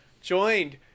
joined